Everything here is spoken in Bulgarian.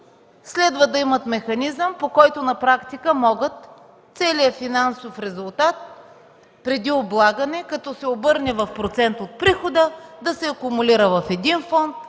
следва да имат механизъм, по който на практика могат целият финансов резултат преди облагане, като се обърне в процент от прихода, да се акумулира в един фонд,